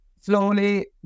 slowly